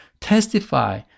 testify